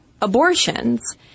abortions